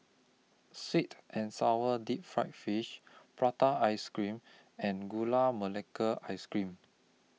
Sweet and Sour Deep Fried Fish Prata Ice Cream and Gula Melaka Ice Cream